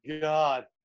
God